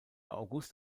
august